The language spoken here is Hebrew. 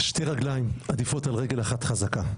שתי רגלים עדיפות על רגל אחת חזקה.